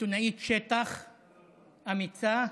עיתונאית שטח אמיצה,